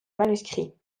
manuscrits